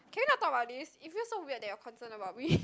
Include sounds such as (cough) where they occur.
can we not talk about this it feels so weird that you are concerned about me (breath)